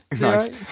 Nice